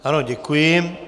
Ano, děkuji.